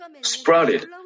sprouted